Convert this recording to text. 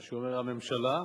מה שאומר, הממשלה,